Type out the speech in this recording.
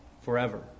forever